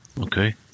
Okay